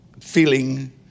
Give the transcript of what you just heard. feeling